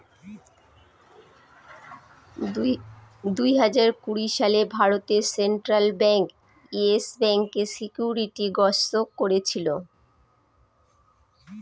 দুই হাজার কুড়ি সালে ভারতে সেন্ট্রাল ব্যাঙ্ক ইয়েস ব্যাঙ্কে সিকিউরিটি গ্রস্ত করেছিল